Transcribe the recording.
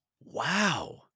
Wow